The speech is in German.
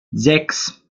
sechs